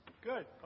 Good